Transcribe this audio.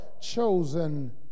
chosen